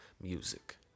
music